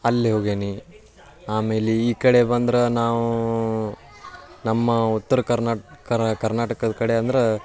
ಅಲ್ಲೇ ಹೋಗೇನಿ ಆಮೇಲೆ ಈ ಕಡೆ ಬಂದ್ರೆ ನಾವು ನಮ್ಮ ಉತ್ರ ಕರ್ನಾ ಕರ ಕರ್ನಾಟಕದ ಕಡೆ ಅಂದ್ರೆ